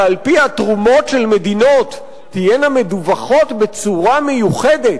שעל-פיה תרומות של מדינות תהיינה מדווחות בצורה מיוחדת,